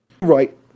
right